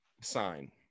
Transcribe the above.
sign